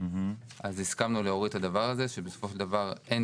אז הסכמנו להוריד את הדבר הזה שבסופו של דבר אין